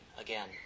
again